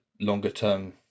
longer-term